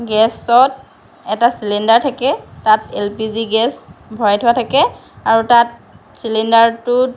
গেছত এটা চিলিণ্ডাৰ থাকে তাত এল পি জি গেছ ভৰাই থোৱা থাকে আৰু তাত চিলিণ্ডাৰটোত